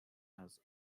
has